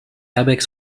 airbags